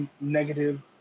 negative